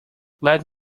let